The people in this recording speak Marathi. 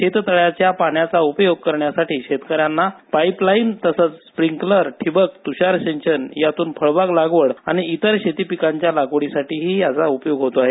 शेततळ्याच्या पाण्याचा उपयोग करण्यासाठी शेतकऱ्यांना पाईपलाईन तसंच स्पिंकलर ठिबक तुषार सिंचन यातून फळबाग लागवड आणि इतर शेतीपिकांच्या लागवडीसाठीही याचा उपयोग होतो आहे